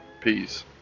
Peace